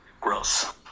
Gross